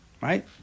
right